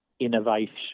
innovation